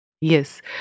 Yes